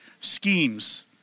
schemes